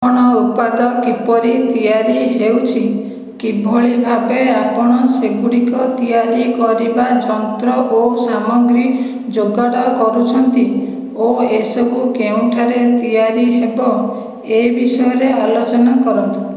ଆପଣଙ୍କ ଉତ୍ପାଦ କିପରି ତିଆରି ହେଉଛି କିଭଳି ଭାବେ ଆପଣ ସେଗୁଡ଼ିକୁ ତିଆରି କରିବାର ଯନ୍ତ୍ର ଓ ସାମଗ୍ରୀ ଯୋଗାଡ଼ କରୁଛନ୍ତି ଓ ଏସବୁ କେଉଁଠାରେ ତିଆରି ହେବ ଏ ବିଷୟରେ ଆଲୋଚନା କରନ୍ତୁ